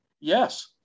Yes